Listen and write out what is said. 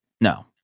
No